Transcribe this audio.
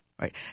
Right